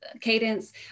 cadence